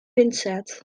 pincet